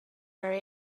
very